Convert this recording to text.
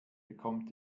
bekommt